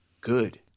good